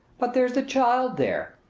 but there's the child there,